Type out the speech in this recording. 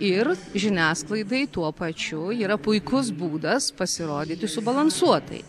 ir žiniasklaidai tuo pačiu yra puikus būdas pasirodyti subalansuotai